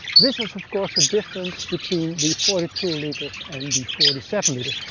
this is of course the difference between the forty two liters and the forty seven liters.